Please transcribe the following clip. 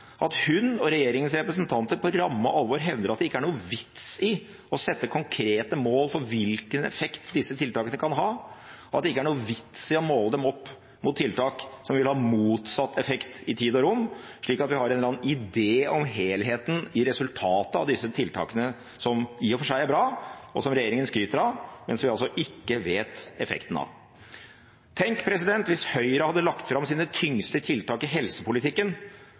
at hun og regjeringens representanter på ramme alvor hevder at det ikke er noen vits i å sette konkrete mål for hvilken effekt disse tiltakene kan ha, og at det ikke er noen vits i å måle dem opp mot tiltak som vil ha motsatt effekt i tid og rom, slik at vi har en eller annen idé om helheten i resultatet av disse tiltakene, som i og for seg er bra, og som regjeringen skryter av, men som vi ikke vet effekten av. Tenk hvis Høyre hadde lagt fram sine tyngste tiltak i helsepolitikken